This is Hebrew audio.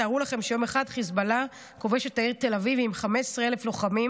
תארו לכם שיום אחד חיזבאללה כובש את העיר תל אביב עם 15,000 לוחמים,